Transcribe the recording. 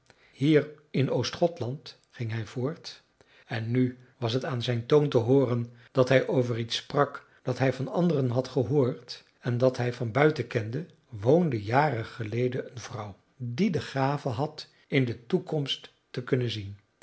hier in oostgothland ging hij voort en nu was het aan zijn toon te hooren dat hij over iets sprak dat hij van anderen had gehoord en dat hij van buiten kende woonde jaren geleden een vrouw die de gave had in de toekomst te kunnen zien